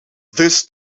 this